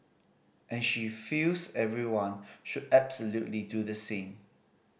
and she feels everyone should absolutely do the same